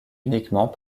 uniquement